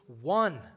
one